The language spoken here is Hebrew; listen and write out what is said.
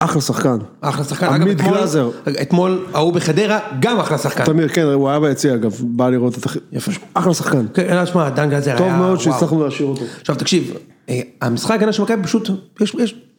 אחלה שחקן. אחלה שחקן. עמית גלזר. אגב, אתמול, ההוא בחדרה, גם אחלה שחקן. תמיר, כן, הוא היה ביציע, אגב, בא לראות את ה... יפה, אחלה שחקן. כן, אלה, תשמע, דן גלזר היה... טוב מאוד שהצלחנו להשאיר אותו. עכשיו, תקשיב, המשחק הזה של מכבי פשוט, יש...